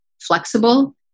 flexible